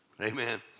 Amen